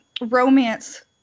romance